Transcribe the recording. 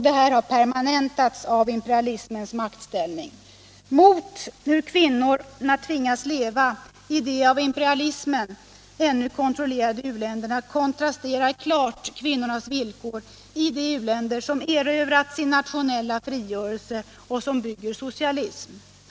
Detta har permanentats av imperialismens maktställning. Mot hur kvinnorna tvingas leva i de av imperialismen ännu kontrollerade u-länderna kontrasterar klart kvinnornas villkor i de u-länder som erövrat sin nationella frigörelse och som bygger på socialism.